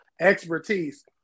expertise